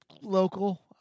local